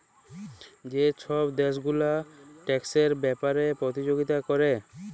যে ছব দ্যাশ গুলা ট্যাক্সের ব্যাপারে পতিযগিতা ক্যরে